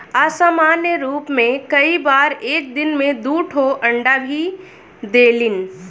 असामान्य रूप में कई बार एक दिन में दू ठो अंडा भी देलिन